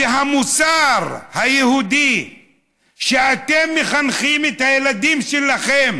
שהמוסר היהודי שאתם מחנכים את הילדים שלכם